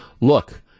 look